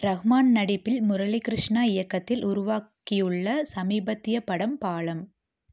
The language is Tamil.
ரஹ்மான் நடிப்பில் முரளிகிருஷ்ணா இயக்கத்தில் உருவாக்கியுள்ள சமீபத்திய படம் பாலம்